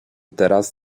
teraz